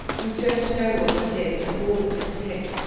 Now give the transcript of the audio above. you don't know what it is to fall into the pit,